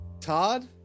Todd